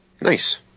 Nice